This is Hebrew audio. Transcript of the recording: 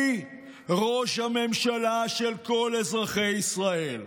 אני ראש הממשלה של כל אזרחי ישראל.